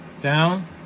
down